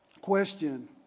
question